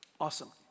Awesome